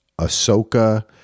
Ahsoka